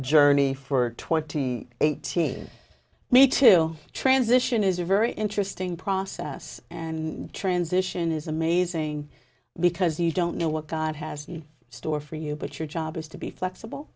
journey for twenty eighteen me to transition is a very interesting process and transition is amazing because you don't know what god has in store for you but your job is to be flexible